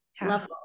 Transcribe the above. level